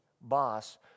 boss